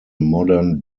modern